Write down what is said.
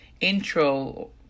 intro